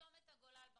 לסתום את הגולל בחוק,